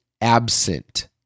absent